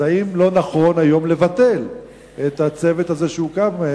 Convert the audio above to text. אז האם לא נכון היום לבטל את הצוות הזה שהוקם,